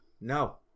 No